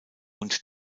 und